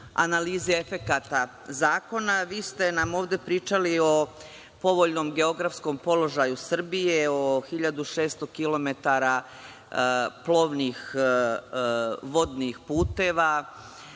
analizi efekata zakona. Vi ste nam ovde pričali o povoljnom geografskom položaju Srbije, o 1.600 kilometara plovnih vodnih puteva,